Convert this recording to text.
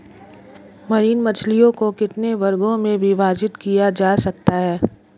Marine मछलियों को कितने वर्गों में विभाजित किया जा सकता है?